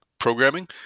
programming